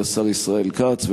השר ישראל כץ,